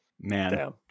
man